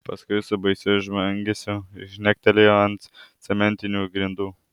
paskui su baisiu žvangesiu žnektelėjo ant cementinių grindų